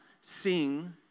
sing